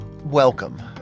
welcome